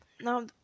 now